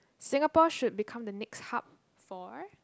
Singapore should become the next hub for